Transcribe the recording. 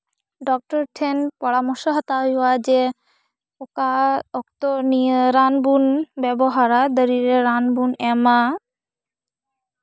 doctor ᱴᱷᱮᱱ ᱯᱚᱨᱟᱢᱚᱨᱥᱚ ᱦᱟᱛᱟᱣ ᱦᱩᱭᱩᱜᱼᱟ ᱡᱮ ᱚᱠᱟ ᱚᱠᱛᱚ ᱱᱤᱭᱟᱹ ᱨᱟᱱ ᱵᱚᱱ ᱵᱮᱵᱚᱦᱟᱨᱟ ᱫᱟᱨᱮ ᱨᱮ ᱨᱟᱱ ᱵᱩᱱ ᱮᱢᱟ